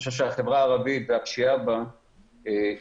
לדעתי החברה הערבית והפשיעה בה היא